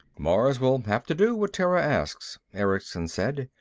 mars will have to do what terra asks, erickson said.